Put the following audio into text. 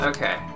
Okay